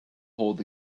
hold